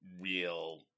real